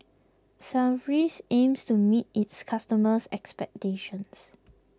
Sigvaris aims to meet its customers' expectations